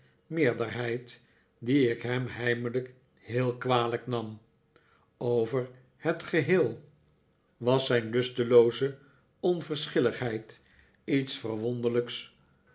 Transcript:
meerderheid die ik hem heimelijk heel kwalijk nam over het geheel was zijn lustelooze onverschilligheid iets verwonderlijks